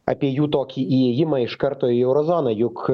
apie jų tokį įėjimą iš karto į euro zoną juk